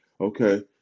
okay